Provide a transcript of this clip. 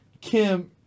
Kim